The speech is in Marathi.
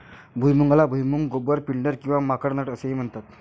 भुईमुगाला भुईमूग, गोबर, पिंडर किंवा माकड नट असेही म्हणतात